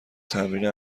تمرین